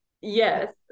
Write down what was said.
Yes